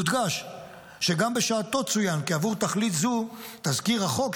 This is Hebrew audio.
יודגש שגם בשעתו צוין כי עבור תכלית זו תזכיר החוק,